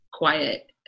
quiet